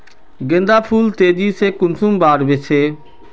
गेंदा फुल तेजी से कुंसम बार से?